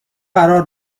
قرار